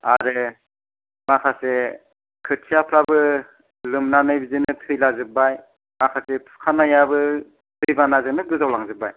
आरो माखासे खोथियाफ्राबो लोमनानै बिदिनो थैलाजोबबाय माखासे फुखानायाबो दै बानाजोंनो गोजावलांजोबबाय